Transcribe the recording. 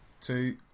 two